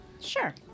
Sure